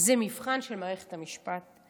זה מבחן של מערכת המשפט,